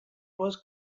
was